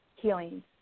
healing